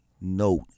note